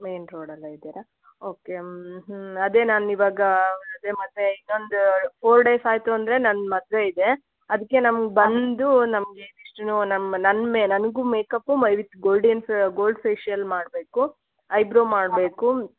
main ರೋಡಲ್ಲೇ ಇದ್ದೀರಾ okay ಅದೇ ನಾನಿವಾಗ ಅದೆ ಮತ್ತೆ ಇನ್ನೊಂದು ಫೋರ್ ಡೇಸ್ ಆಯಿತು ಅಂದರೆ ನನ್ನ ಮದುವೆ ಇದೆ ಅದಕ್ಕೆ ನಮಗೆ ಬಂದು ನಮಗೆ ಇದಿಷ್ಟು ನಮ್ಮ ನನ್ನ ಮೇ ನನಗೂ ಮೇಕಪ್ ಗೋಲ್ಡಿನ್ಸ್ ಗೋಲ್ಡ್ ಫೇಶಿಯಲ್ ಮಾಡಬೇಕು ಐಬ್ರೋ ಮಾಡಬೇಕು